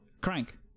Crank